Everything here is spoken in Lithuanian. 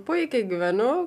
puikiai gyvenu